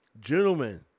Gentlemen